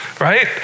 right